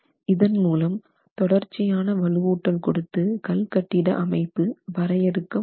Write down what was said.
இதன் மூலம் தொடர்ச்சியான வலுவூட்டல் கொடுத்து கல் கட்டிட அமைப்பு வரையறுக்க முடியும்